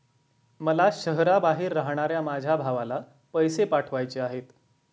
मला शहराबाहेर राहणाऱ्या माझ्या भावाला पैसे पाठवायचे आहेत